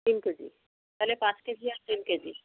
তিন কেজি তাহলে পাঁচ কেজি আর তিন কেজি